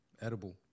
edible